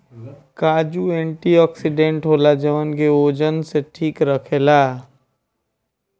काजू एंटीओक्सिडेंट होला जवन की ओजन के ठीक राखेला